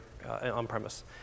on-premise